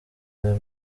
aya